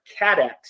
CADEX